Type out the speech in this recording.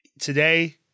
Today